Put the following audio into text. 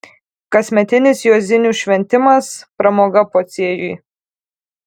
kasmetinis juozinių šventimas pramoga pociejui